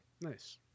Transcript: nice